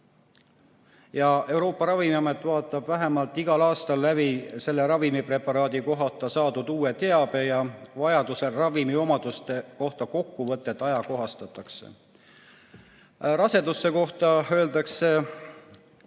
Euroopa Ravimiamet vaatab vähemalt igal aastal läbi selle ravimipreparaadi kohta saadud uue teabe ja vajaduse korral ravimi omaduste kohta kokkuvõtet ajakohastatakse. Raseduse kohta öeldakse,